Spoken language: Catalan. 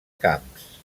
camps